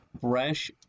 fresh